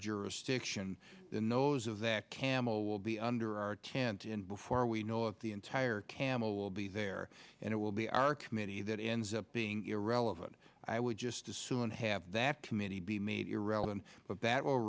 jurisdiction knows of that camel will be under our tent and before we know it the entire camel will be there and it will be our committee that ends up being irrelevant i would just assume and have that committee be made irrelevant but that will